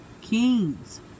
Kings